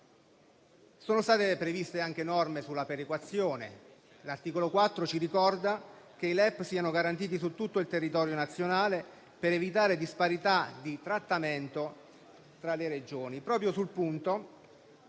Sono state previste anche norme sulla perequazione. L'articolo 4 ci ricorda che i LEP devono essere garantiti su tutto il territorio nazionale, per evitare disparità di trattamento tra le Regioni: